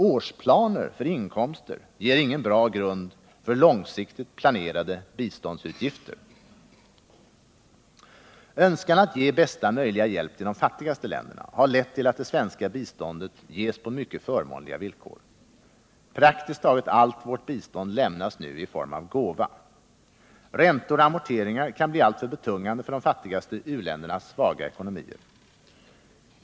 Årsplaner för inkomster ger ingen bra grund för långsiktigt planerade biståndsutgifter. Önskan att ge bästa möjliga hjälp till de fattigaste länderna har lett till att det svenska biståndet ges på mycket förmånliga villkor. Praktiskt taget allt vårt bistånd lämnas nu i form av gåva. Räntor och amorteringar kan bli alltför betungande för de fattigaste u-ländernas svaga ekonomier.